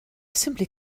simply